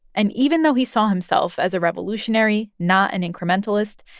and even though he saw himself as a revolutionary, not an incrementalist,